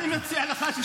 אני מציע לך שתדאג לעצמך.